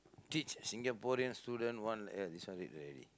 teach a Singaporean student one eh this one read already